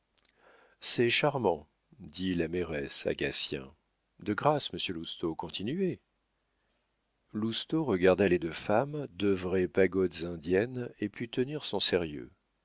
c'est charmant dit la mairesse à gatien de grâce monsieur lousteau continuez lousteau regarda les deux femmes deux vraies pagodes indiennes et put tenir son sérieux